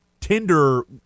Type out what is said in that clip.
Tinder